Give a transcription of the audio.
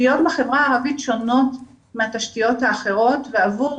שהתשתיות בחברה הערבית שונות מהתשתיות האחרות ומבחינת